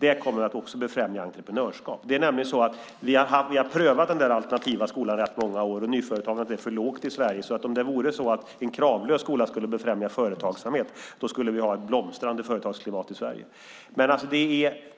Det kommer också att befrämja entreprenörskap. Vi har nämligen prövat den alternativa skolan i rätt många år. Nyföretagandet blev för lågt i Sverige. Om det vore så att en kravlös skola skulle befrämja företagsamhet skulle vi ha ett blomstrande företagsklimat i Sverige.